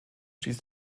stieß